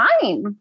time